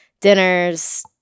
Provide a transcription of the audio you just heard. dinners